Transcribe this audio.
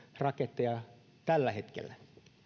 raketteja tällä hetkellä